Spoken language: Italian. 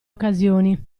occasioni